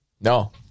No